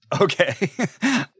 Okay